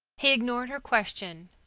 he ignored her question.